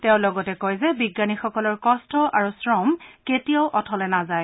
তেওঁ কয় যে বিজ্ঞানীসকলৰ কষ্ট আৰু শ্ৰম কেতিয়াও অথলে নাযায়